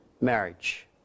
marriage